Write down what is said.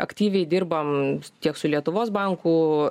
aktyviai dirbam tiek su lietuvos banku